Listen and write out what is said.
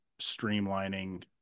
streamlining